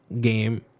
game